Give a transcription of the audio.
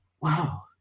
wow